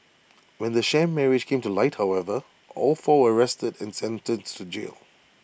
when the sham marriage came to light however all four were arrested and sentenced to jail